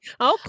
okay